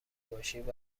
باشید